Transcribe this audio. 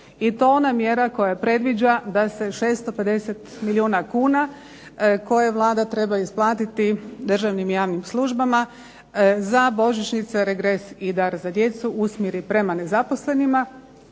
i to ona mjera koja predviđa da se 650 milijuna kuna koje Vlada treba isplatiti državnim i javnim službama za božićnice, regres i dar za djecu usmjeri prema nezaposlenima